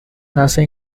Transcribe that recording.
nace